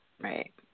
Right